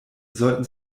sollten